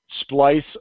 splice